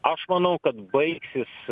aš manau kad baigsis